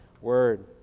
Word